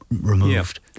removed